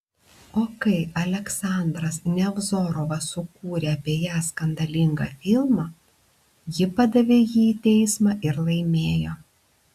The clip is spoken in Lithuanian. o kai aleksandras nevzorovas sukūrė apie ją skandalingą filmą ji padavė jį į teismą ir laimėjo